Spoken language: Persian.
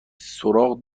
سراغ